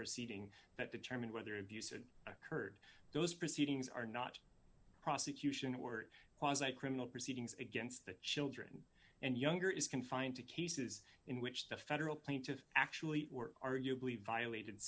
proceeding that determine whether abuse in occurred those proceedings are not prosecution or was that criminal proceedings against the children and younger is confined to cases in which the federal plaintiff actually were arguably violated